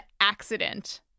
accident